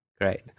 Great